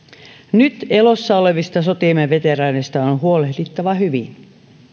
nyt elossa olevista sotiemme veteraaneista on huolehdittava hyvin